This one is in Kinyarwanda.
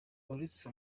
uretse